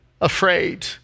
afraid